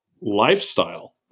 lifestyle